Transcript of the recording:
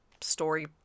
story